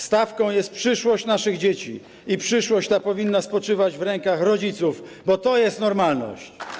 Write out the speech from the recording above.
Stawką jest przyszłość naszych dzieci i przyszłość ta powinna spoczywać w rękach rodziców, bo to jest normalność.